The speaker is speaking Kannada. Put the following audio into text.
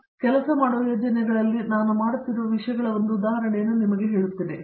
ನಾನು ಕೆಲಸ ಮಾಡುವ ಯೋಜನೆಗಳಲ್ಲಿ ನಾನು ಮಾಡುತ್ತಿರುವ ವಿಷಯಗಳ ಒಂದು ಉದಾಹರಣೆಯನ್ನು ನಾನು ನಿಮಗೆ ಹೇಳುತ್ತೇನೆ